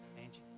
Angie